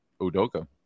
Udoka